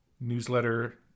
newsletter